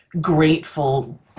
grateful